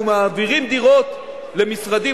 אנחנו מעבירים דירות למשרדים,